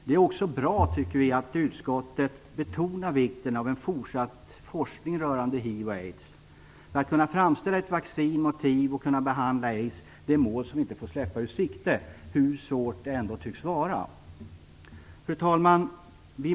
Det är också bra att utskottet betonar vikten av fortsatt forskning rörande hiv/aids. Att kunna framställa ett vaccin mot hiv och kunna behandla aids är mål vi inte får släppa ur sikte hur svårt det ändå tycks vara. Fru talman!